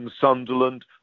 Sunderland